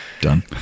Done